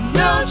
no